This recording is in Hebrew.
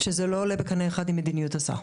שזה לא עולה בקנה אחד עם מדיניות השר.